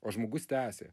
o žmogus tęsė